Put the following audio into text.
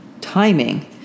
timing